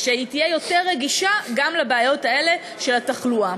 ושתהיה יותר רגישה גם לבעיות האלה של התחלואה.